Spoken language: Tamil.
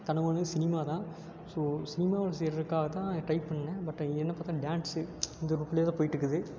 கனவுன்னால் சினிமா தான் ஸோ சினிமாவில் சேர்கிறக்காக தான் ட்ரை பண்ணிணேன் பட் என்னை பார்த்தா டான்ஸு இந்த போக்கிலேயே தான் போய்கிட்டுருக்குது